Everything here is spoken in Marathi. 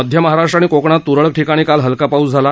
मध्य महाराष्ट् आणि कोकणात त्रळक ठिकाणी काल हलका पाऊस झाला